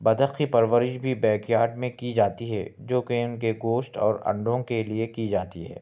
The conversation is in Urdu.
بطخ کی پرورش بھی بیک یارڈ میں کی جاتی ہے جو کہ ان کے گوشت اور انڈوں کے لیے کی جاتی ہے